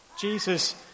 Jesus